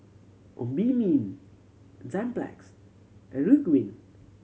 Obimin Enzyplex and Ridwind